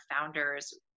founders